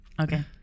Okay